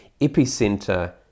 epicenter